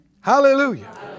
Hallelujah